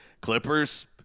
Clippers